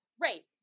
right